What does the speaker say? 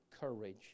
courage